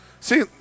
See